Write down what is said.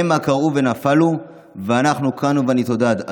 המה כרעו ונפלו ואנחנו קמנו ונתעודד.